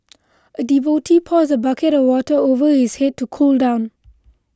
a devotee pours a bucket of water over his head to cool down